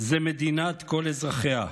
זה מדינת כל אזרחיה,